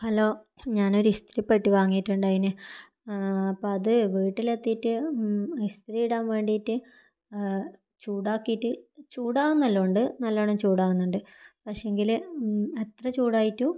hello ഞാനൊരു ഇസ്തിരിപ്പെട്ടി വാങ്ങിയിട്ടുണ്ടായിരുന്നു അപ്പോൾ അത് വീട്ടിലെത്തിയിട്ട് ഇസ്തിരി ഇടുവാൻ വേണ്ടിയിട്ട് ചൂടാക്കിയിട്ട് ചൂടാവുന്നെല്ലാം ഉണ്ട് നല്ലോണം ചൂടാവുന്നുണ്ട് പക്ഷേങ്കിൽ എത്ര ചൂടായിട്ടും